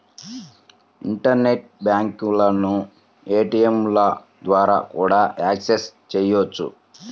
internet బ్యాంకులను ఏటీయంల ద్వారా కూడా యాక్సెస్ చెయ్యొచ్చు